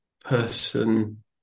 person